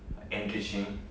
enriching